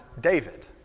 David